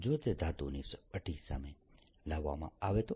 જો તે ધાતુની સપાટી સામે લાવવામાં આવે તો